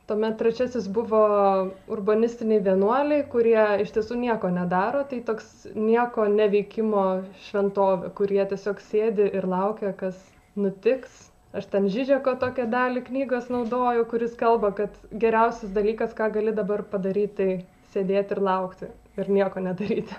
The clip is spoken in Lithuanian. tuomet trečiasis buvo urbanistiniai vienuoliai kurie iš tiesų nieko nedaro tai toks nieko neveikimo šventovė kur jie tiesiog sėdi ir laukia kas nutiks aš ten žižeko tokią dalį knygos naudoju kuris kalba kad geriausias dalykas ką gali dabar padaryt tai sėdėti ir laukti ir nieko nedaryti